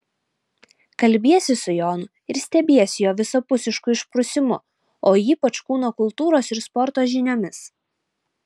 kalbiesi su jonu ir stebiesi jo visapusišku išprusimu o ypač kūno kultūros ir sporto žiniomis